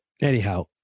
Anyhow